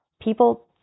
People